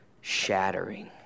shattering